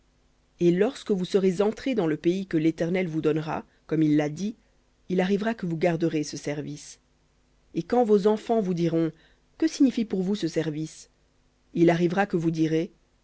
et lorsque vous serez entrés dans le pays que l'éternel vous donnera comme il l'a dit il arrivera que vous garderez ce service et quand vos enfants vous diront que signifie pour vous ce service il arrivera que vous direz